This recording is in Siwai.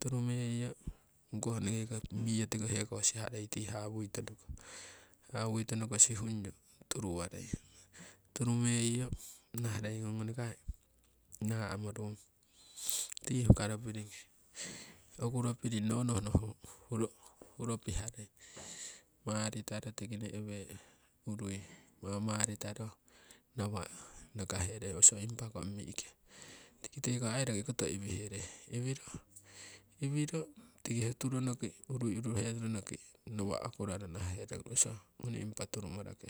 Turu meiyo ongkoh eneke ko miyo tiko heko siharei tii hawui tonoko, hawui tonoko sihunyo turu warei turu meiyo naharei ngung ngoni kai namorung tii huka ropiring, okuropi riing nonohno huro piharei maritaro tiki ne'wee urui mamaritaro nawa' nakahere oso impa kong mi'kee tiki teko aii roki koto iwihere iwiro tiki ho turonoki urui uruheronoki nawa' okuraro nahaherong oso ngoni impa turumarake.